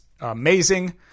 amazing